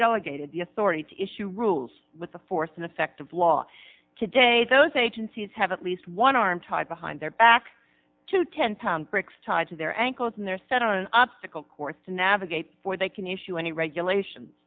delegated the authority to issue rules with the force and effect of law today those agencies have at least one arm tied behind their back to ten lb bricks tied to their ankles and they're set on an uptick of course to navigate for they can issue any regulations